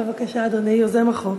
בבקשה, אדוני, יוזם החוק.